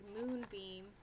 moonbeam